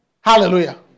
Hallelujah